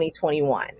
2021